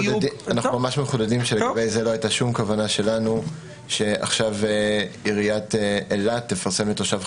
מבחינת סדר הדיון, רוצים עכשיו שהיא תתייחס?